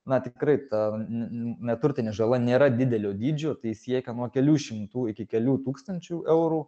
na tikrai ta n n neturtinė žala nėra didelio dydžio tai siekia nuo kelių šimtų iki kelių tūkstančių eurų